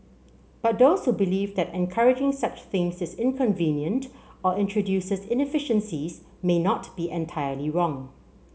but those who believe that encouraging such things is inconvenient or introduces inefficiencies may not be entirely wrong